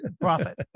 profit